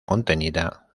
contenida